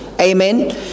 amen